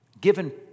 given